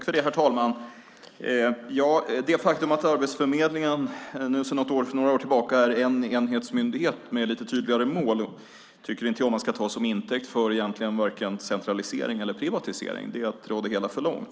Herr talman! Det faktum att Arbetsförmedlingen sedan några år tillbaka är en enhetsmyndighet med lite tydligare mål tycker egentligen inte jag att man ska ta som intäkt för vare sig centralisering eller privatisering. Det är att dra det hela för långt.